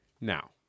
Now